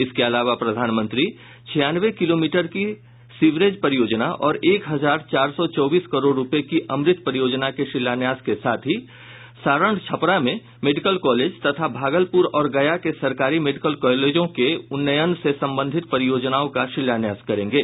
इसके अलावा प्रधानमंत्री छियानवे किलोमीटर की सीवरेज परियोजना और एक हजार चार सौ चौबीस करोड़ रुपये की अमृत परियोजना के शिलान्यास के साथ ही सारण छपरा में मेडिकल कालेज तथा भागलपुर और गया के सरकारी मेडिकल कालेजों के उन्नयन से संबंधित परियोजनाओं का शिलान्यास करेंगे